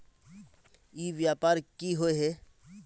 ई व्यापार की होय है?